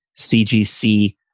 CGC